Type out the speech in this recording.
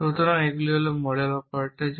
সুতরাং এগুলি হল মডেল অপারেটর